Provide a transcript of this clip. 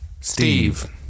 Steve